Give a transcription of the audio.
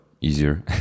easier